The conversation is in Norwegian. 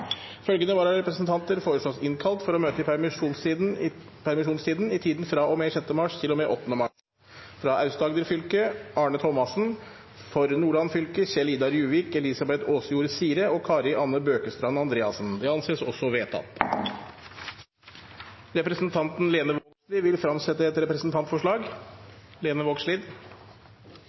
Følgende vararepresentanter innkalles for å møte i permisjonstiden, i tiden fra og med 6. mars til og med 8. mars: For Aust-Agder fylke: Arne Thomassen For Nordland fylke: Kjell-Idar Juvik , Elizabeth Åsjord Sire og Kari Anne Bøkestad Andreassen Representanten Lene Vågslid vil fremsette et representantforslag.